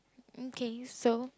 okay so